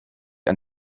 ein